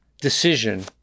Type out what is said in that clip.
decision